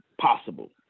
possible